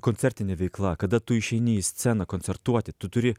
koncertinė veikla kada tu išeini į sceną koncertuoti tu turi